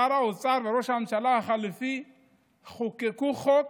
שר האוצר וראש הממשלה החליפי חוקקו חוק